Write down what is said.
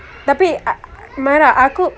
tapi uh mahirah aku